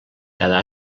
cada